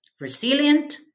resilient